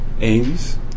aims